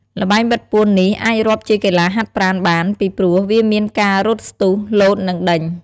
ល្បែងបិទពួននេះអាចរាប់ជាកីឡាហាត់ប្រាណបាន ពីព្រោះវាមានការរត់ស្ទុះ លោត និងដេញ។